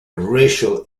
racial